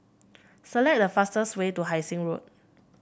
select the fastest way to Hai Sing Road